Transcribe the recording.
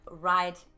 right